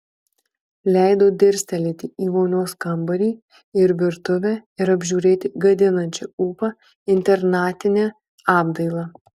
leido dirstelėti į vonios kambarį ir virtuvę ir apžiūrėti gadinančią ūpą internatinę apdailą